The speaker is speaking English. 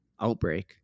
outbreak